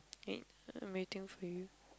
in I'm waiting for you